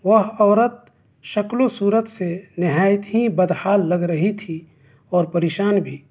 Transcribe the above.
وہ عورت شکل و صورت سے نہایت ہی بدحال لگ رہی تھی اور پریشان بھی